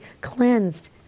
cleansed